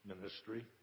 ministry